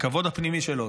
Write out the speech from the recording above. הכבוד הפנימי שלו,